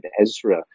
Ezra